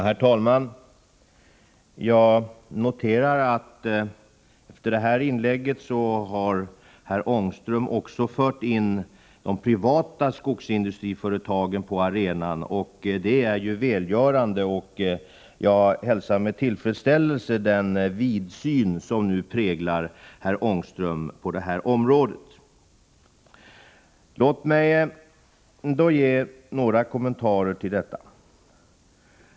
Herr talman! Jag noterar att herr Ångström genom detta inlägg fört in också de privata skogsindustriföretagen på arenan. Det är välgörande, och jag hälsar med tillfredsställelse den vidsyn som nu präglar herr Ångström på detta område. Låt mig ändå göra några kommentarer till herr Ångströms inlägg.